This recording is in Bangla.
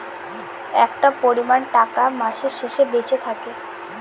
একটা পরিমান টাকা মাসের শেষে বেঁচে থাকে